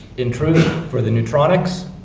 in truth, for the neutronics,